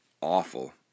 awful